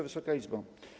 Wysoka Izbo!